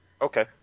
Okay